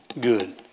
good